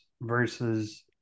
versus